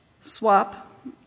SWAP